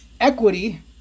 equity